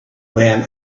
when